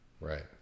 right